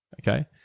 Okay